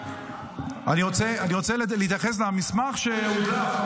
אני רוצה להתייחס למסמך שהודלף,